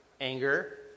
Anger